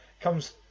comes